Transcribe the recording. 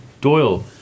Doyle